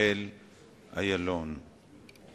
דניאל אילון.